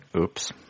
oops